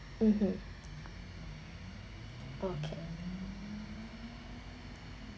mmhmm okay